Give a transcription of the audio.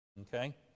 Okay